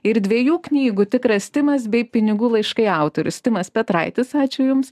ir dviejų knygų tikras timas bei pinigų laiškai autorius timas petraitis ačiū jums